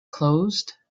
closed